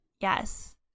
Yes